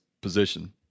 position